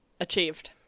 achieved